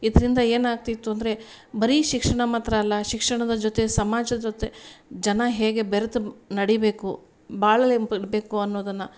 ಇದರಿಂದ ಏನಾಗ್ತಿತ್ತು ಅಂದರೆ ಬರೀ ಶಿಕ್ಷಣ ಮಾತ್ರ ಅಲ್ಲ ಶಿಕ್ಷಣದ ಜೊತೆ ಸಮಾಜ ಜೊತೆ ಜನ ಹೇಗೆ ಬೆರ್ತು ನಡಿಬೇಕು ಬಾಳಲೆಂ ಪಡಿಬೇಕು ಅನ್ನೋದನ್ನ